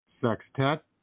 Sextet